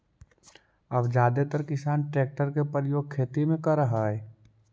अब जादेतर किसान ट्रेक्टर के प्रयोग खेती में करऽ हई